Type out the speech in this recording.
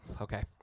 Okay